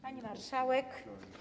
Pani Marszałek!